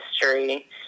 history